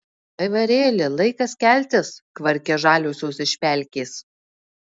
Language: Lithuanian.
aivarėli laikas keltis kvarkia žaliosios iš pelkės